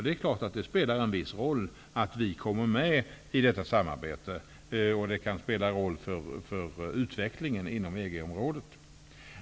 Det är klart att det spelar en viss roll att vi kommer med i detta samarbete. Det kan spela en roll för utvecklingen inom EG-området.